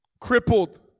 Crippled